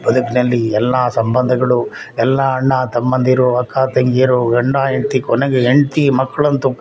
ಬದುಕಿನಲ್ಲಿ ಎಲ್ಲ ಸಂಬಂಧಗಳು ಎಲ್ಲ ಅಣ್ಣ ತಮ್ಮಂದಿರು ಅಕ್ಕ ತಂಗಿಯರು ಗಂಡ ಹೆಂಡ್ತಿ ಕೊನೆಗೆ ಹೆಂಡ್ತಿ ಮಕ್ಳು ಅಂತೂ